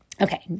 Okay